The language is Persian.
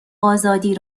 آزادی